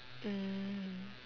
mm